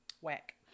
whack